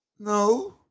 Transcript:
No